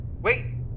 Wait